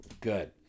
Good